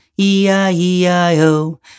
E-I-E-I-O